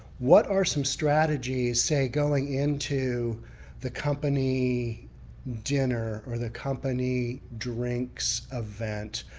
what are some strategies? say going into the company dinner or the company drinks event.